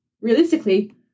Realistically